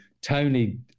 Tony